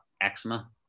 eczema